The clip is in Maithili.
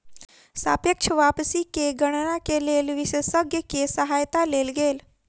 सापेक्ष वापसी के गणना के लेल विशेषज्ञ के सहायता लेल गेल